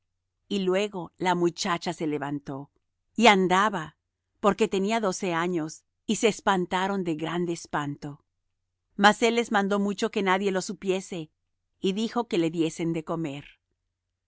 y luego la muchacha se levantó y andaba porque tenía doce años y se espantaron de grande espanto mas él les mandó mucho que nadie lo supiese y dijo que le diesen de comer